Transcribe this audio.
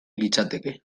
litzateke